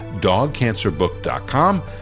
dogcancerbook.com